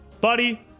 buddy